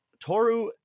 Toru